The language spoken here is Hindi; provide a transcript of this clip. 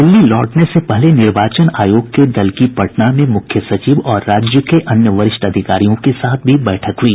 दिल्ली लौटने से पहले निर्वाचन आयोग के दल की पटना में मुख्य सचिव और राज्य के अन्य वरिष्ठ अधिकारियों के साथ भी बैठक हुई